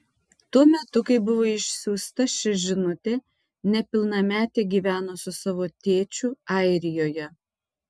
tuo metu kai buvo išsiųsta ši žinutė nepilnametė gyveno su savo tėčiu airijoje